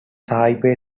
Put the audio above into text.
taipei